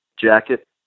jacket